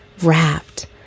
Wrapped